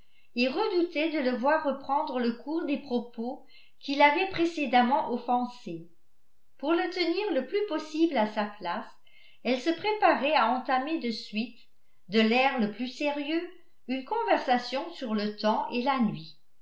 et redoutait de le voir reprendre le cours des propos qui l'avaient précédemment offensée pour le tenir le plus possible à sa place elle se préparait à entamer de suite de l'air le plus sérieux une conversation sur le temps et la nuit